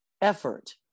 effort